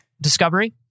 discovery